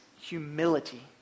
humility